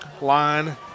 line